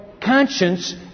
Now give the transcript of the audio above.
conscience